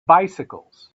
bicycles